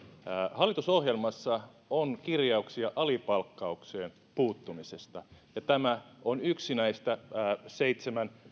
hallitusohjelmassa on kirjauksia alipalkkaukseen puuttumisesta ja tämä on yksi näiden seitsemän